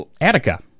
Attica